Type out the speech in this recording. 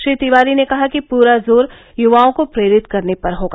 श्री तिवारी ने कहा कि पूरा जोर युवाओं को प्रेरित करने पर होगा